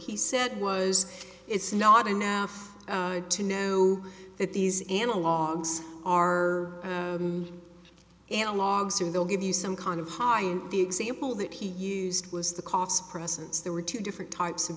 he said was it's not enough to know that these analogs are analogs or they'll give you some kind of high in the example that he used was the cough suppressants there were two different types of